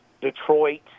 detroit